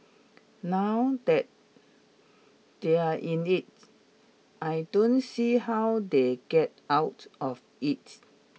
now that they are in it I don't see how they get out of it